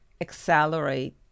accelerate